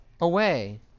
away